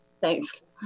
Thanks